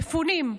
מפונים.